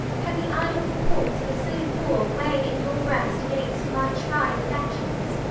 can the idle reports of a silly boor weigh in your breast against my tried affections?